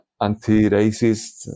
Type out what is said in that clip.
Anti-racist